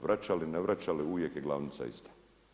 Vraćali, ne vraćali uvijek je glavnica ista.